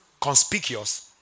conspicuous